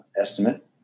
estimate